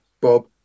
Bob